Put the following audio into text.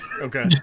Okay